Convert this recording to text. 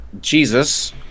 Jesus